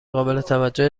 قابلتوجه